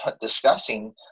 discussing